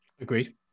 Agreed